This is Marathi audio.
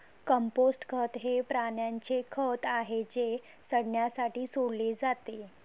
कंपोस्ट खत हे प्राण्यांचे खत आहे जे सडण्यासाठी सोडले जाते